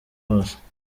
bose